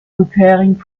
preparing